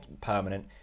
permanent